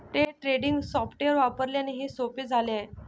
day trading software वापरल्याने हे सोपे झाले आहे